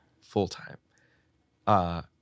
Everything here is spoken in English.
Full-time